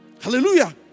Hallelujah